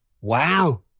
Wow